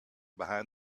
behind